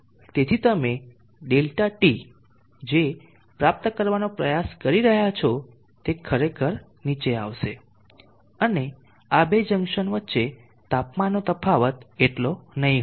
અને તેથી તમે Δt જે પ્રાપ્ત કરવાનો પ્રયાસ કરી રહ્યા છો તે ખરેખર નીચે આવશે અને આ બે જંકશન વચ્ચે તાપમાનનો તફાવત એટલો નહીં હોય